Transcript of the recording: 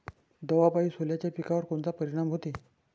दवापायी सोल्याच्या पिकावर कोनचा परिनाम व्हते?